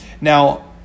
Now